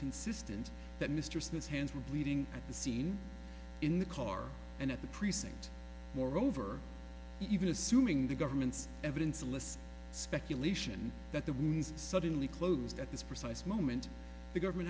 consistent that mr smith's hands were bleeding at the scene in the car and at the precinct moreover even assuming the government's evidence lists speculation that the wounds suddenly closed at this precise moment the government